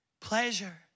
Pleasure